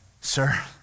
sir